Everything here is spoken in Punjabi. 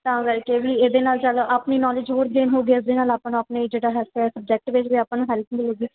ਤਾਂ ਕਰਕੇ ਵੀ ਇਹਦੇ ਨਾਲ ਚੱਲ ਆਪਣੀ ਨੌਲੇਜ ਹੋਰ ਗੇਨ ਹੋ ਗਿਆ ਇਸਦੇ ਨਾਲ ਆਪਾਂ ਨੂੰ ਆਪਣੇ ਜਿਹੜਾ ਹੈਲਪ ਹੈ ਸਬਜੈਕਟ ਵਿੱਚ ਵੀ ਆਪਾਂ ਨੂੰ ਹੈਲਪ ਮਿਲੂਗੀ